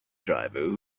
driver